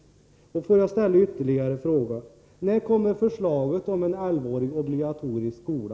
Jag tror att jag ställde ytterligare en fråga: När kommer förslaget om en allmän obligatorisk skola?